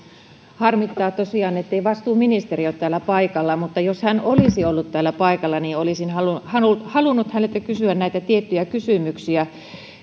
harmittaa tosiaan ettei vastuuministeri ole täällä paikalla mutta jos hän olisi ollut täällä paikalla niin olisin halunnut halunnut häneltä kysyä tiettyjä kysymyksiä